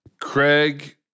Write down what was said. Craig